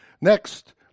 Next